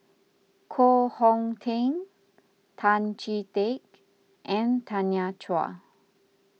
Koh Hong Teng Tan Chee Teck and Tanya Chua